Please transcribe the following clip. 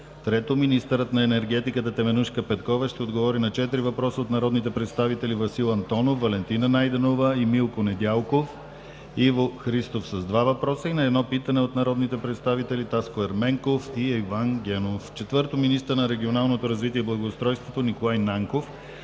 - министъра на енергетиката Теменужка Петкова ще отговори на четири въпроса от народните представители Васил Антонов, Валентина Найденова и Милко Недялков, Иво Христов с два въпроса и на едно питане от народните представители Таско Ерменков и Иван Генов; - министъра на регионалното развитие и благоустройството Николай Нанков